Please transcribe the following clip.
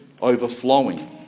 overflowing